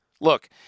Look